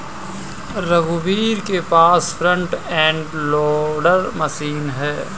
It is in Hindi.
रघुवीर के पास फ्रंट एंड लोडर मशीन है